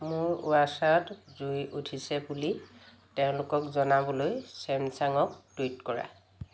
মোৰ ৱাছাৰত জুই উঠিছে বুলি তেওঁলোকক জনাবলৈ ছেমছাংক টুইট কৰা